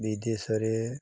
ବିଦେଶରେ